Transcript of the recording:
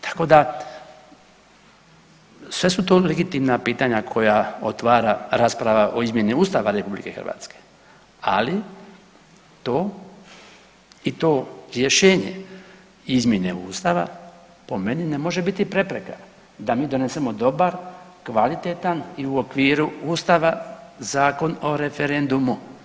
Tako da sve su to legitimna pitanja koja otvara rasprava o izmjeni Ustava RH, ali to i to rješenje izmjene Ustava po meni ne može biti prepreka da mi donesemo dobar, kvalitetan i u okviru Ustava Zakon o referendumu.